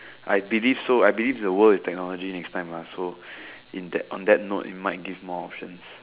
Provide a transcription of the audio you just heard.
I believe so I believe the world is technology next time lah so in that on that note it might give more options